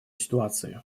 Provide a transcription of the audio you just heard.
ситуации